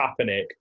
Kaepernick